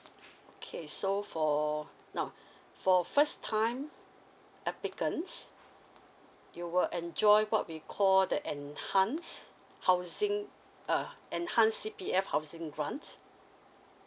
okay so for now for first time applicants you will enjoy what we call the enhances housing uh enhanced C_P_F housing grant